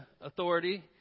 authority